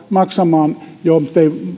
maksamaan joo